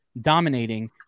dominating